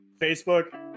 Facebook